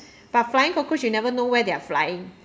but flying cockroach you never know where they're flying